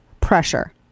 pressure